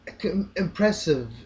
impressive